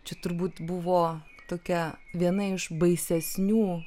čia turbūt buvo tokia viena iš baisesnių